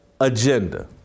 agenda